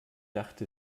dachte